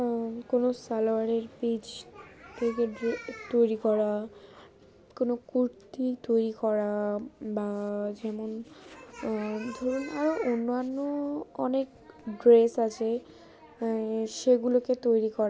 কোনো সালোয়ারের পিস থেকে তৈরি করা কোনো কুর্তি তৈরি করা বা যেমন ধরুন আরও অন্যান্য অনেক ড্রেস আছে সেগুলোকে তৈরি করা